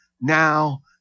now